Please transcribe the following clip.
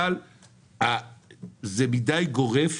אבל זה מדי גורף,